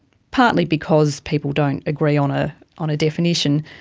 partly because people don't agree on ah on a definition,